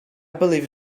believe